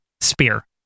spear